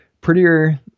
Prettier